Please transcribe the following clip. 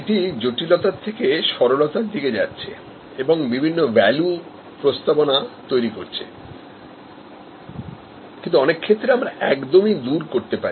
এটি জটিলতা থেকে সরলতার দিকে যাচ্ছে এবং বিভিন্ন ভ্যালু প্রস্তাবনা তৈরি করছে কিন্তু অনেক ক্ষেত্রে আমরা একদমই অন্য ধরনের কিছু করতে পারি